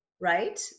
Right